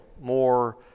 more